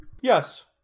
Yes